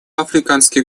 африканских